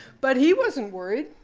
but he wasn't worried.